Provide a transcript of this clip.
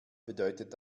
bedeutet